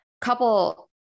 couple